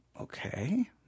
Okay